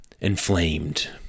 inflamed